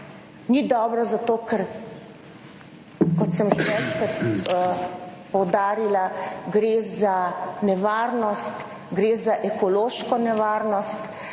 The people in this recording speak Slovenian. Ni dobro zato ker, kot sem že večkrat poudarila, gre za nevarnost, gre za ekološko nevarnost